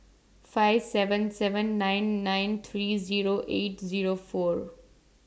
five seven seven nine nine three Zero eight Zero four